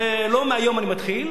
ולא מהיום אני מתחיל,